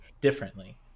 differently